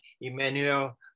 Emmanuel